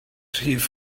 rhif